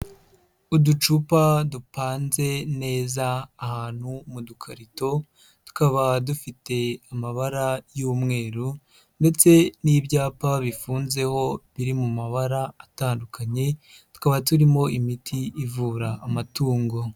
Uducupa dupanze neza ahantu mu dukarito tukaba dufite amabara y'umweru ndetse n'ibyapa bifunzeho biri mu mabara atandukanye, tukaba turimo imiti ivura amatungo.